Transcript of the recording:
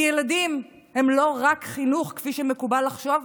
כי ילדים הם לא רק חינוך, כפי שמקובל לחשוב,